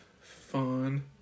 Fun